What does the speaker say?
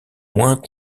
moins